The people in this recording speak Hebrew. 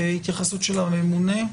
התייחסות של הממונה.